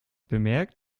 bemerkt